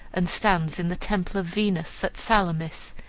and stands in the temple of venus at salamis,